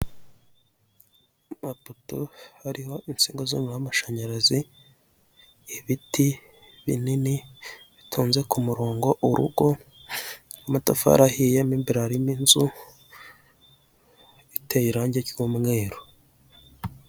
Amapoto hariho insinga z'umuriro w'amashanyarazi, ibiti binini bitonze ku murongo, urugo rw'amatafari ahiye, mo imbere harimo inzu iteye irange ry'umweru.